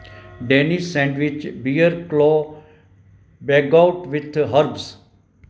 dennis sandwich beer chloe Bangkok with herbs